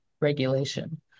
regulation